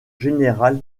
général